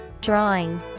Drawing